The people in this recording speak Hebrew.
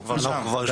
אנחנו כבר שם.